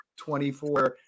24